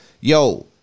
yo